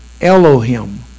Elohim